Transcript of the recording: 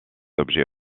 objets